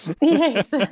Yes